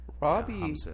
Robbie